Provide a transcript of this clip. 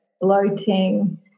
bloating